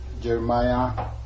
Jeremiah